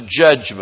judgment